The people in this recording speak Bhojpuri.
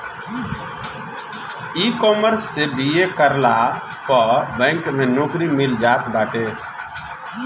इकॉमर्स से बी.ए करला पअ बैंक में नोकरी मिल जात बाटे